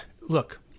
Look